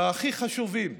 הכי חשובים